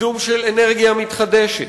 קידום של אנרגיה מתחדשת,